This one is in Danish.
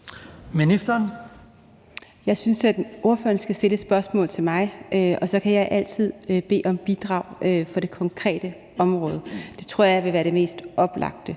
Jeg synes, at ordføreren skal stille et spørgsmål til mig, og så kan jeg altid bede om bidrag fra det konkrete område. Det tror jeg vil være det mest oplagte